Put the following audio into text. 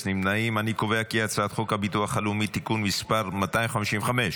ההצעה להעביר את הצעת חוק הביטוח הלאומי (תיקון מס' 255)